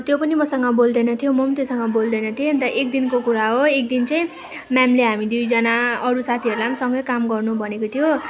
त्यो पनि मसँग बोल्दैन थियो म पनि त्योसँग बोल्दिनँ थिएँ अनि एकदिनको कुरा हो एकदिन चाहिँ म्यामले हामी दुईजना अरू साथीहरूलाई पनि सँगै काम गर्नु भनेको थियो